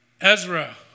Ezra